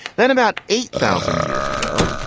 then about eight thousand years ago,